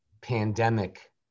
pandemic